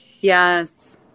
yes